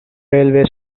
railway